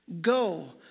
Go